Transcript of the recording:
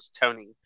Tony